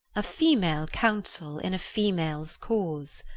a female counsel in a female's cause.